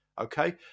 okay